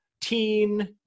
teen